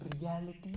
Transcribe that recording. reality